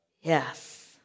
Yes